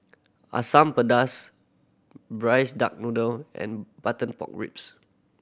Asam Pedas Braised Duck Noodle and butter pork ribs